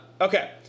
Okay